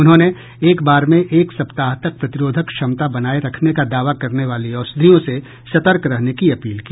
उन्होंने एक बार में एक सप्ताह तक प्रतिरोधक क्षमता बनाए रखने का दावा करने वाली औषधियों से सतर्क रहने की अपील की